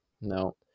no